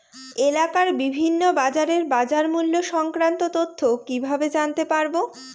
এলাকার বিভিন্ন বাজারের বাজারমূল্য সংক্রান্ত তথ্য কিভাবে জানতে পারব?